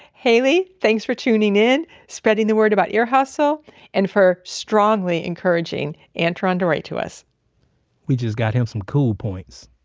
haleigh thanks for tuning in, spreading the word about ear hustle and for strongly encouraging antrawn to write to us we just got him some cool points